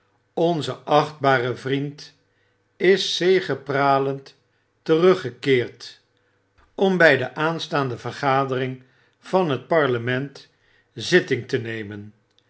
onze achtbare vriend is zegepralend terugfekeerd om by de aanstaande vergadering van et parlement zitting te nemen